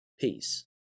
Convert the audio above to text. peace